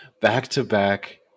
Back-to-back